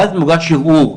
ואז מוגש ערעור,